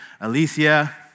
Alicia